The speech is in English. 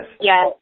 Yes